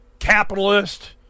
capitalist